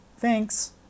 Thanks